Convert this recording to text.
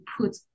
put